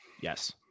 Yes